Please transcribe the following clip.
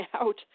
out